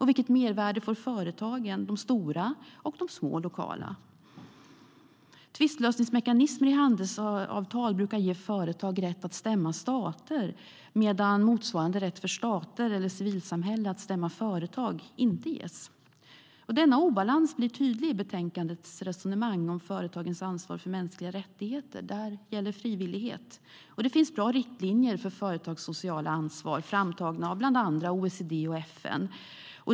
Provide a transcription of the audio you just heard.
Vilket mervärde får företagen - de stora och de små, lokala? Tvistlösningsmekanismer i handelsavtal brukar ge företag rätt att stämma stater medan motsvarande rätt för stater eller civilsamhällen att stämma företag inte ges. Denna obalans blir tydlig i betänkandets resonemang om företagens ansvar för mänskliga rättigheter. Där gäller frivillighet. Det finns bra riktlinjer för företags sociala ansvar, framtagna av bland andra OECD och FN.